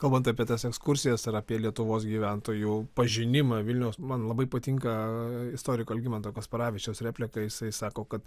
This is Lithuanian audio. kalbant apie tas ekskursijas ar apie lietuvos gyventojų pažinimą vilniaus man labai patinka istoriko algimanto kasparavičiaus replika jisai sako kad